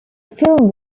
film